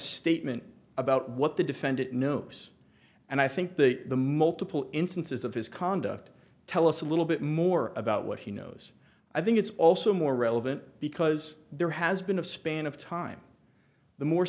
statement about what the defendant knows and i think that the multiple instances of his conduct tell us a little bit more about what he knows i think it's also more relevant because there has been a span of time the more